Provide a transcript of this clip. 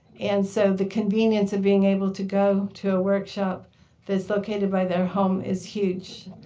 and so the convenience of being able to go to a workshop that's located by their home is huge.